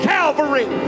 Calvary